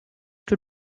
que